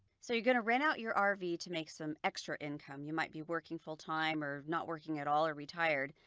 so you're gonna rent out your um rv to make some extra income you might be working full time or not working at all or retired?